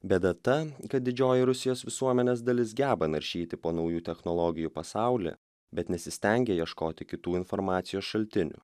bėda ta kad didžioji rusijos visuomenės dalis geba naršyti po naujų technologijų pasaulį bet nesistengia ieškoti kitų informacijos šaltinių